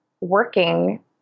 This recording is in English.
working